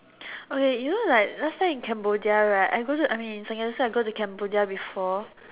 okay you know like last time in Cambodia right I go to I mean secondary school I go to Cambodia before